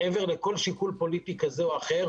מעבר לכל שיקול פוליטי כזה או אחר,